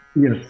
yes